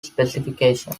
specification